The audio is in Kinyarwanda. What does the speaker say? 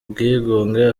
bwigunge